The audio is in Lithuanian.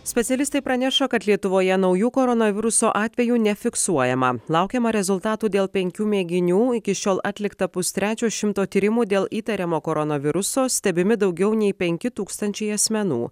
specialistai praneša kad lietuvoje naujų koronaviruso atvejų nefiksuojama laukiama rezultatų dėl penkių mėginių iki šiol atlikta pustrečio šimto tyrimų dėl įtariamo koronaviruso stebimi daugiau nei penki tūkstančiai asmenų